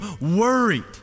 worried